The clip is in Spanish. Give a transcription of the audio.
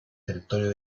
territorio